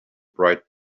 bright